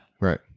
Right